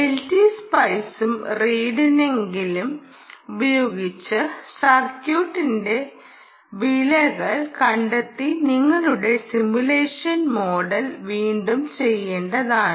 LT സ്പൈസും റീഡിസൈനിഗും ഉപയോഗിച്ച് സർക്യൂട്ടിന്റെ വിലകൾ കണ്ടെത്തി നിങ്ങളുടെ സിമുലേഷൻ മോഡൽ വീണ്ടും ചെയ്യണ്ടതാണ്